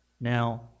now